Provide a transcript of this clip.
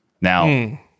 Now